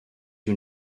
you